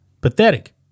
Pathetic